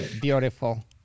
Beautiful